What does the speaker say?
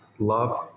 love